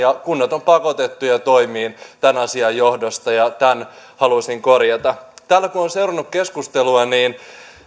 ja kunnat ovat pakotettuja toimimaan tämän asian johdosta ja tämän haluaisin korjata täällä kun olen seurannut keskustelua niin